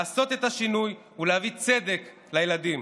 לעשות את השינוי ולהביא צדק לילדים.